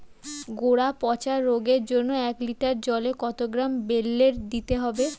গোড়া পচা রোগের জন্য এক লিটার জলে কত গ্রাম বেল্লের দিতে হবে?